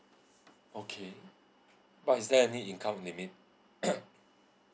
okay but is there any income limit